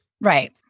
Right